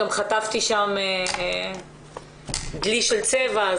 גם חטפתי שם דלי של צבע,